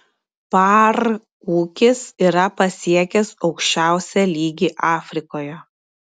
par ūkis yra pasiekęs aukščiausią lygį afrikoje